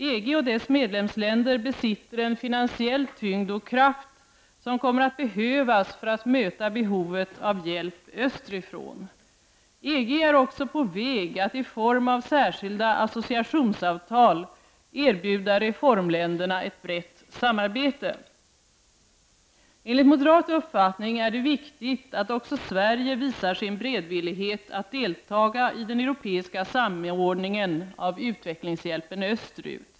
EG och dess medlemsländer besitter en finansiell tyngd och kraft, som kommer att behövas för att möta behovet av hjälp österifrån. EG är också på väg att i form av särskilda associationsavtal erbjuda reformländerna ett brett samarbete. Enligt moderat uppfattning är det viktigt att också Sverige visar sin beredvillighet att deltaga i den europeiska samordningen av utvecklingshjälpen österut.